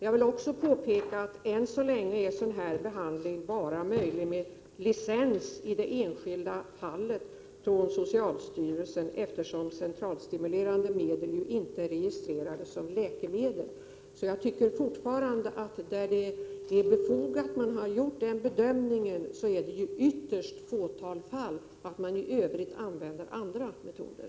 Jag vill också påpeka att än så länge är sådan här behandling möjlig bara med licens från socialstyrelsen i det enskilda fallet, eftersom centralstimulerande medel inte är registrerade som läkemedel. Jag menar fortfarande att 63 det är i ytterst få fall man har gjort bedömningen att denna behandling är befogad. I övrigt använder man andra metoder.